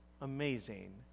amazing